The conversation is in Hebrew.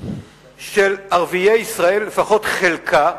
של ערביי ישראל, לפחות חלקה,